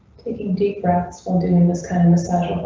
taking deep breaths when doing this kind of massage.